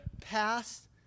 past